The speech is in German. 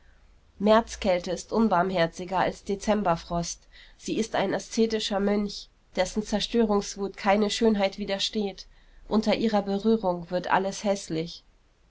märzkälte ist unbarmherziger als dezemberfrost sie ist ein aszetischer mönch dessen zerstörungswut keine schönheit widersteht unter ihrer berührung wird alles häßlich